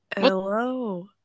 Hello